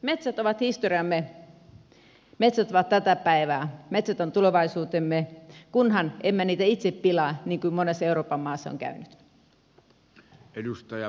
metsät ovat historiamme metsät ovat tätä päivää metsät ovat tulevaisuutemme kunhan emme niitä itse pilaa niin kuin monessa euroopan maassa on käynyt